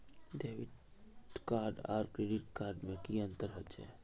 Debit card आर credit card में की अंतर होचे?